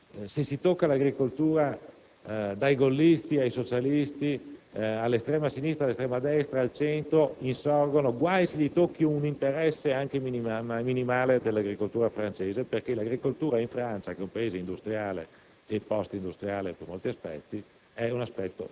in Francia se si tocca l'agricoltura: dai gollisti ai socialisti all'estrema sinistra all'estrema destra al centro, tutti insorgono a difesa di interessi, anche minimali, dell'agricoltura francese perché questa in Francia, (paese industriale